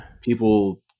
People